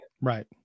Right